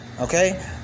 okay